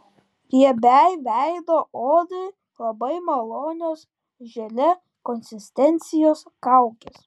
riebiai veido odai labai malonios želė konsistencijos kaukės